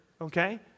okay